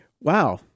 wow